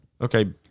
Okay